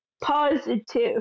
positive